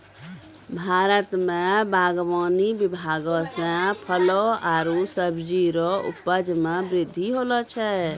भारत मे बागवानी विभाग से फलो आरु सब्जी रो उपज मे बृद्धि होलो छै